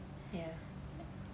ya